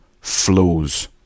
flows